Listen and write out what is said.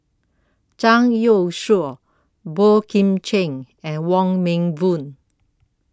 Zhang Youshuo Boey Kim Cheng and Wong Meng Voon